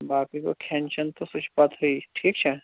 باقٕے گوٚو کھیٚن چیٚن تہٕ سُہ چھِ پَتہٕ ہے ٹھیٖک چھا